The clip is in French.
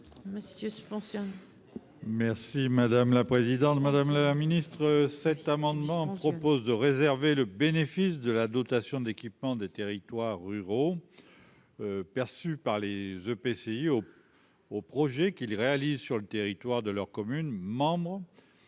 Merci madame la présidente, madame la ministre, cet amendement propose de réserver le bénéfice de la dotation d'équipement des territoires ruraux, perçu par les EPCI au au projet qu'ils réalisent sur le territoire de leur commune membre